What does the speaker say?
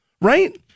right